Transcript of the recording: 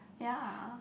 ya